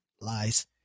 Lies